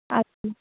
আচ্ছা